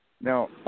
Now